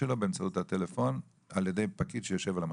שלו באמצעות הטלפון על ידי פקיד שיושב על המחשב?